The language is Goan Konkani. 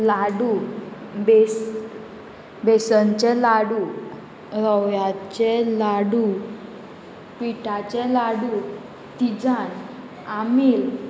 लाडू बेस बेसनचे लाडू रव्याचे लाडू पिठाचे लाडू तिजान आमील